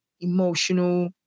emotional